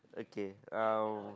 okay uh